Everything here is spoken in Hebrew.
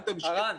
הרן,